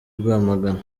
rwamagana